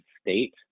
State